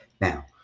Now